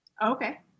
Okay